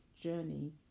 journey